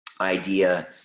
idea